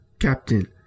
Captain